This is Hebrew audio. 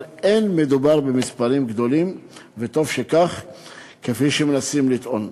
אבל אין מדובר במספרים גדולים כפי שמנסים לטעון,